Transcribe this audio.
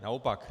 Naopak.